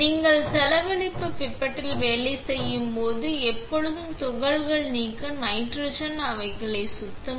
நீங்கள் செலவழிப்பு pipettes வேலை செய்யும் போது எப்போதும் துகள்கள் நீக்க நைட்ரஜன் அவர்களை சுத்தம்